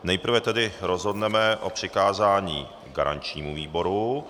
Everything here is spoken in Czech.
Nejprve tedy rozhodneme o přikázání garančnímu výboru.